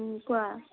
কোৱা